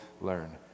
learn